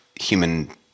human